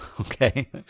okay